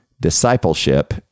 Discipleship